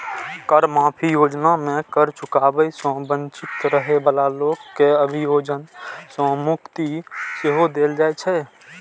कर माफी योजना मे कर चुकाबै सं वंचित रहै बला लोक कें अभियोजन सं मुक्ति सेहो देल जाइ छै